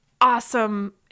awesome